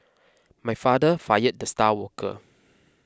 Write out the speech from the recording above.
my father fired the star worker